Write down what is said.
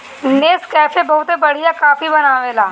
Nescafe बहुते बढ़िया coffee बनावेला